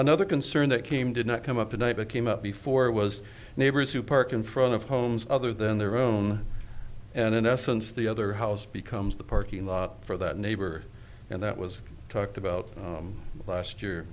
another concern that came did not come up tonight but came up before it was neighbors who parked in front of homes other than their own and in essence the other house becomes the parking lot for that neighborhood and that was talked about last year